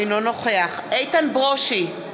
אינו נוכח איתן ברושי,